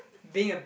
being a